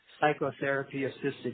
psychotherapy-assisted